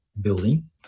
building